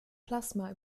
plasma